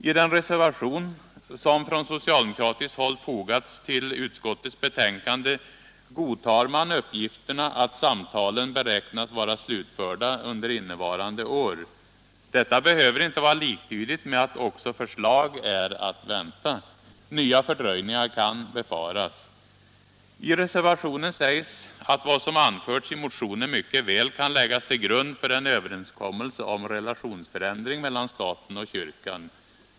I den reservation som från socialdemokratiskt håll fogats till utskottets betänkande godtar man uppgifterna att samtalen beräknas vara slutförda under innevarande år. Detta behöver inte vara liktydigt med att också förslag är att vänta. Nya fördröjningar kan befaras. I reservationen sägs att vad som anförts i motionen mycket väl kan läggas till grund för en överenskommelse om relationsförändring mellan staten och kyrkan.